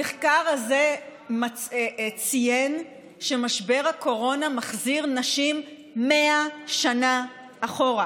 המחקר הזה ציין שמשבר הקורונה מחזיר נשים 100 שנה אחורה